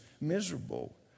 miserable